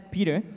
Peter